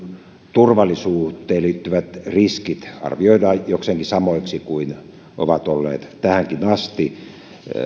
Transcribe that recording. turvallisuuteen liittyvät riskit arvioidaan jokseenkin samoiksi kuin ne ovat olleet tähänkin asti on